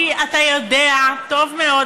כי אתה יודע טוב מאוד,